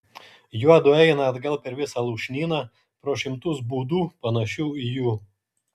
juodu eina atgal per visą lūšnyną pro šimtus būdų panašių į jų